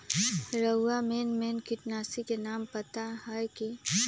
रउरा main main किटनाशी के नाम पता हए कि?